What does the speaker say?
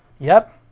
yep,